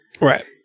Right